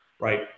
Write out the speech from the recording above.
right